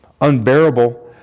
Unbearable